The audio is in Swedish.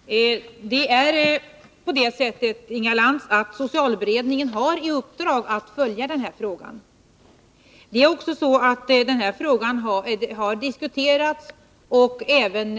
Herr talman! Det är på det sättet, Inga Lantz, att socialberedningen har i uppdrag att följa denna fråga. Det är också så att frågan har diskuterats och även